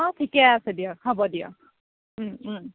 অ ঠিকে আছে দিয়ক হ'ব দিয়ক ওম ওম